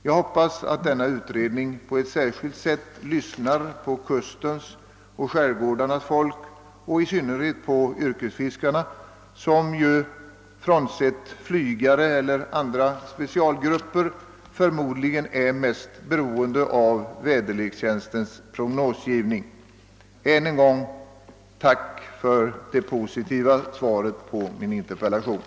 Jag hoppas att denna utredning på ett särskilt sätt lyssnar på kustens och skärgårdens folk och i synnerhet på yrkesfiskarna som, frånsett flygare och andra specialgrupper, förmodligen är mest beroende av väderlekstjänstens prognosgivning. Jag tackar än en gång för det positiva svaret på min interpellation.